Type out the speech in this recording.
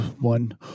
One